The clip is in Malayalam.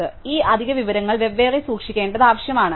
അതിനാൽ ഈ അധിക വിവരങ്ങൾ വെവ്വേറെ സൂക്ഷിക്കേണ്ടത് ആവശ്യമാണ്